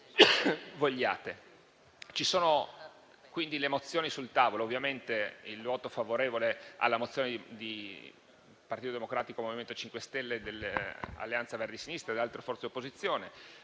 Ci sono le mozioni sul tavolo. Annuncio ovviamente il voto favorevole alla mozione del Partito Democratico, del MoVimento 5 Stelle, dell'Alleanza Verdi e Sinistra e delle altre forze di opposizione.